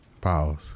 Pause